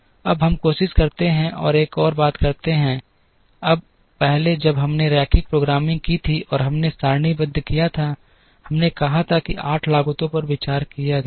अब हम कोशिश करते हैं और एक और बात करते हैं अब पहले जब हमने रैखिक प्रोग्रामिंग की थी और हमने सारणीबद्ध किया था हमने कहा कि 8 लागतों पर विचार किया गया था